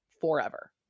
forever